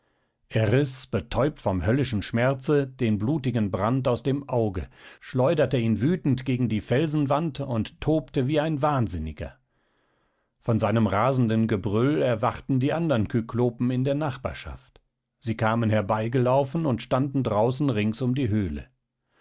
er riß betäubt vom höllischen schmerze den blutigen brand aus dem auge schleuderte ihn wütend gegen die felsenwand und tobte wie ein wahnsinniger von seinem rasenden gebrüll erwachten die andern kyklopen in der nachbarschaft sie kamen herbei gelaufen und standen draußen rings um die höhle